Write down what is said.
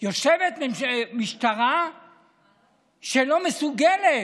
יושבת משטרה שלא מסוגלת.